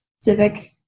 civic